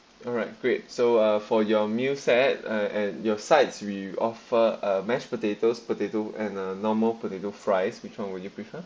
alright great so uh for your meal set uh at your sides we offer a mashed potatoes potato and a normal potato fries which one would you prefer